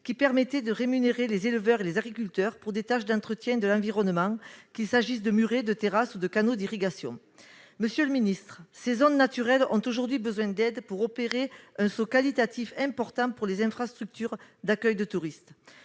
qui permettaient de rémunérer les éleveurs et les agriculteurs pour des tâches d'entretien de l'environnement, qu'il s'agisse de murets, de terrasses ou de canaux d'irrigation. Monsieur le secrétaire d'État, ces zones naturelles ont aujourd'hui besoin d'aide pour opérer un saut qualitatif important pour les infrastructures d'accueil de touristes.